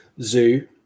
Zoo